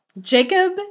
Jacob